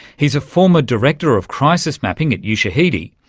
he's a former director of crisis mapping at yeah ushahidi,